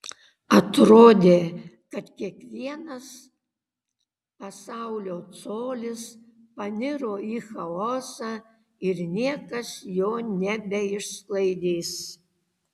atrodė kad kiekvienas pasaulio colis paniro į chaosą ir niekas jo nebeišsklaidys